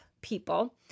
people